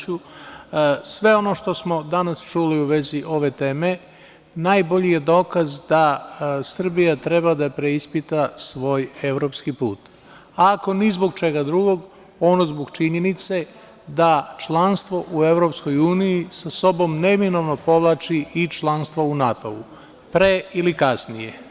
Sve ono što smo danas čuli u vezi ove teme najbolji je dokaz da Srbija treba da preispita svoj evropski put, ako ni zbog čega drugog, ono zbog činjenice da članstvo u EU sa sobom neminovno povlači i članstvo u NATO-u, pre ili kasnije.